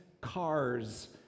cars